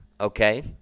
okay